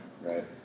Right